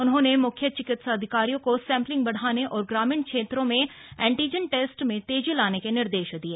उन्होंने मुख्य चिकित्साधिकारी को सैम्पलिंग बढाने और ग्रामीण क्षेत्रों में एन्टीजन टैस्ट में तेजी लाने के निर्देश दिए